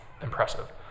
impressive